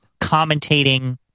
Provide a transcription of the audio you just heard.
commentating